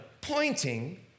pointing